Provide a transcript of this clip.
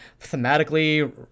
thematically